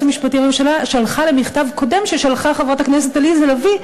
המשפטי לממשלה שלחה למכתב קודם ששלחה חברת הכנסת עליזה לביא,